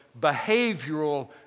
behavioral